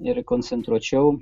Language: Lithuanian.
ir koncentruočiau